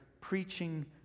preaching